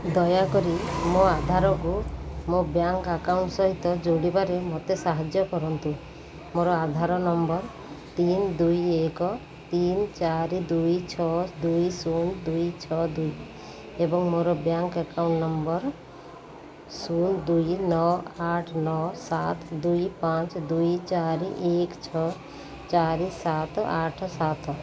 ଦୟାକରି ମୋ ଆଧାରକୁ ମୋ ବ୍ୟାଙ୍କ ଆକାଉଣ୍ଟ ସହିତ ଯୋଡ଼ିବାରେ ମୋତେ ସାହାଯ୍ୟ କରନ୍ତୁ ମୋର ଆଧାର ନମ୍ବର ତିନି ଦୁଇ ଏକ ତିନି ଚାରି ଦୁଇ ଛଅ ଦୁଇ ଶୂନ ଦୁଇ ଛଅ ଦୁଇ ଏବଂ ମୋର ବ୍ୟାଙ୍କ ଆକାଉଣ୍ଟ ନମ୍ବର ଶୂନ ଦୁଇ ନଅ ଆଠ ନଅ ସାତ ଦୁଇ ପାଞ୍ଚ ଦୁଇ ଚାରି ଏକ ଛଅ ଚାରି ସାତ ଆଠ ସାତ